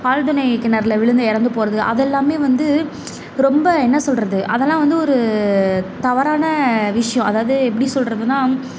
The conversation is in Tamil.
ஆழ்த்துளை கிணறில் விழுந்து இறந்து போகிறது அதெல்லாமே வந்து ரொம்ப என்ன சொல்கிறது அதெல்லாம் வந்து ஒரு தவறான விஷயம் அதாவது எப்படி சொல்றதுன்னா